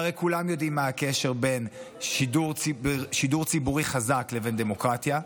והרי כולם יודעים מה הקשר בין שידור ציבורי חזק לבין דמוקרטיה.